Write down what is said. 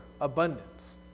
abundance